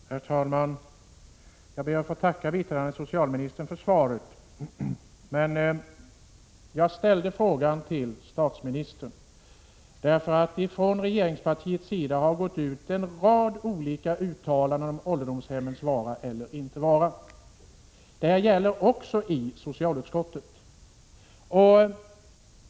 Herr talman! Jag ber att få tacka biträdande socialministern för svaret, 2 april 1987 men jag ställde frågan till statsministern, därför att det från regeringspartiets sida har gått ut en rad olika uttalanden om ålderdomshemmens vara eller inte vara. Det gäller också i socialutskottet.